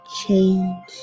change